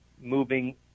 moving